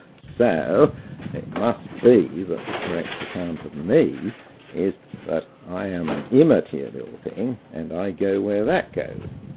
so it must be that the correct account of me is that i am an immaterial thing and i go where that goes.